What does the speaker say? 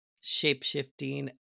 shape-shifting